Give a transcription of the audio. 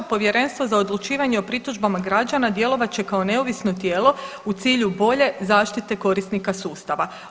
Povjerenstvo za odlučivanje o pritužbama građana djelovat će kao neovisno tijelo u cilju bolje zaštite korisnika sustava.